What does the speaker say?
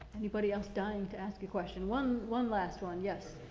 anybody else dying to ask a question? one, one last one. yes.